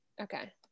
Okay